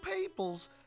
peoples